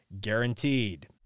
guaranteed